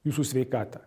jūsų sveikatą